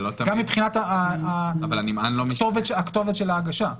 גם מבחינת הכתובת של ההגשה.